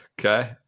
Okay